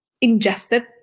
ingested